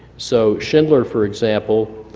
so, schindler, for example,